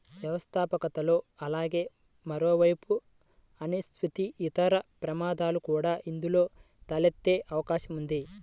వ్యవస్థాపకతలో అలాగే మరోవైపు అనిశ్చితి, ఇతర ప్రమాదాలు కూడా ఇందులో తలెత్తే అవకాశం ఉంది